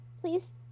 Please